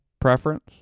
preference